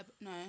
no